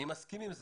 אני מסכים עם זה.